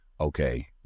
okay